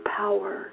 power